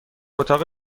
اتاق